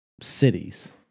cities